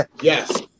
Yes